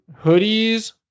hoodies